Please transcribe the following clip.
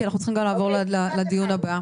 כי אנחנו צריכים גם לעבור לדיון הבא.